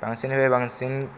बांसिननिफ्राय बांसिन